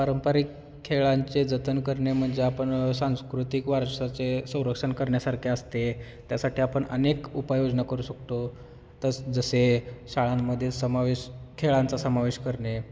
पारंपरिक खेळांचे जतन करणे म्हणजे आपण सांस्कृतिक वारश्याचे संरक्षण करण्यासारखे असते त्यासाठी आपण अनेक उपाययोजना करू शकतो तस जसे शाळांमध्ये समावेश खेळांचा समावेश करणे